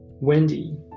Wendy